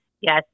Yes